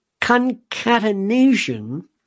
concatenation